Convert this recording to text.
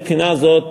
מבחינה זו,